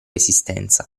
esistenza